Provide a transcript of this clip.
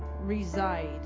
reside